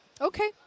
Okay